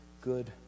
good